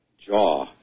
Jaw